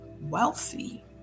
wealthy